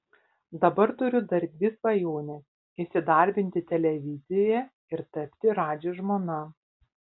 dabar turiu dar dvi svajones įsidarbinti televizijoje ir tapti radži žmona